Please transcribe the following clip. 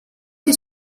que